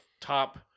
top –